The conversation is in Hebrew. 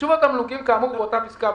"בחישוב התמלוגים כאמור באותה פסקה,